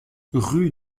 rue